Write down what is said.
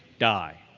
die.